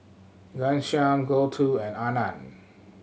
Ghanshyam Gouthu and Anand